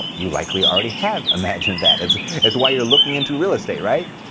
you likely already have imagined that. it's it's why you're looking into real estate, right?